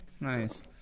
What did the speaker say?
nice